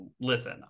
listen